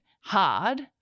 hard